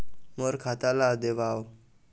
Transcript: मोर खाता ला देवाव?